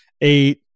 eight